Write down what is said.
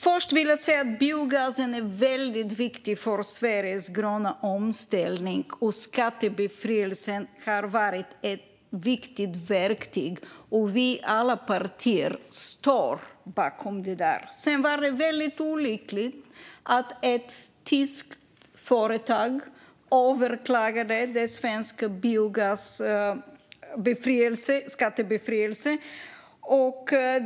Först vill jag säga att biogasen är väldigt viktig för Sveriges gröna omställning, och skattebefrielsen har varit ett viktigt verktyg. Vi alla partier står bakom det. Sedan var det väldigt olyckligt att ett tyskt företag överklagade den svenska skattebefrielsen.